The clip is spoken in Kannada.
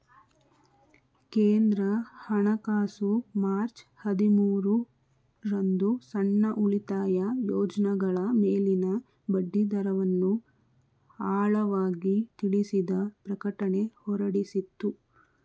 ಕೇಂದ್ರ ಹಣಕಾಸು ಮಾರ್ಚ್ ಹದಿಮೂರು ರಂದು ಸಣ್ಣ ಉಳಿತಾಯ ಯೋಜ್ನಗಳ ಮೇಲಿನ ಬಡ್ಡಿದರವನ್ನು ಆಳವಾಗಿ ತಿಳಿಸಿದ ಪ್ರಕಟಣೆ ಹೊರಡಿಸಿತ್ತು